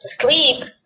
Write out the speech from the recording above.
sleep